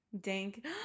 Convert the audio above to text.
Dank